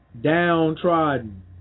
downtrodden